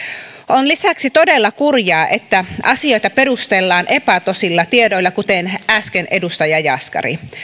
on lisäksi todella kurjaa että asioita perustellaan epätosilla tiedoilla kuten äsken edustaja jaskari